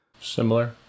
Similar